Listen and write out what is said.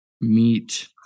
meet